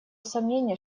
сомнения